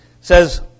says